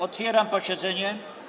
Otwieram posiedzenie.